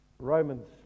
Romans